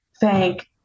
thank